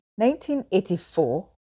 1984